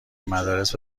مدارس